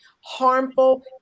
harmful